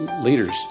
leaders